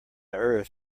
earth